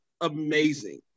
amazing